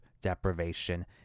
deprivation